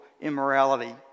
immorality